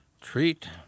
Treat